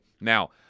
Now